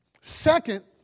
Second